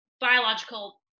biological